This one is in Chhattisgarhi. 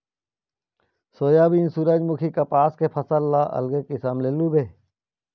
सोयाबीन, सूरजमूखी, कपसा के फसल ल अलगे किसम ले लूबे